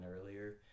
earlier